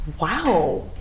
Wow